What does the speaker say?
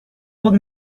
old